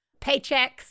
paychecks